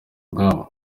ubwabo